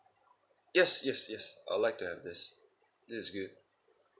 yes yes yes I'd like that yes thi~ is good